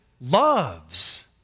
loves